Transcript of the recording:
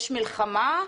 יש מלחמה?